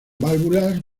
válvulas